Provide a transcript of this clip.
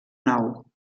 nou